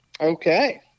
Okay